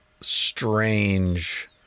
strange